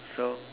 so